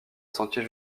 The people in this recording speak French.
sentier